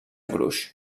gruix